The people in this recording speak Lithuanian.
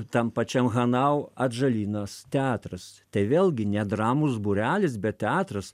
tam pačiam hanau atžalynas teatras tai vėlgi ne dramos būrelis bet teatras